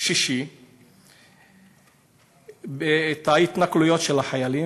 שישי את ההתנכלויות של החיילים,